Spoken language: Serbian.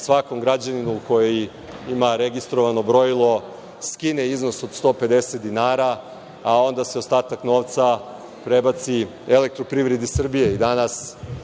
svakom građaninu koji ima registrovano brojilo skine iznos od 150 dinara, a onda se ostatak novca prebaci Elektroprivredi Srbije. Danas